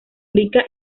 rica